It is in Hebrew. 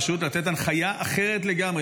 פשוט לתת הנחיה אחרת לגמרי,